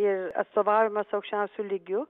ir atstovavimas aukščiausiu lygiu